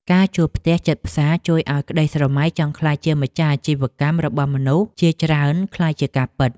ការជួលផ្ទះជិតផ្សារជួយឱ្យក្តីស្រមៃចង់ក្លាយជាម្ចាស់អាជីវកម្មរបស់មនុស្សជាច្រើនក្លាយជាការពិត។